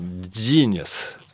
genius